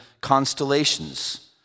constellations